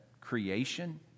creation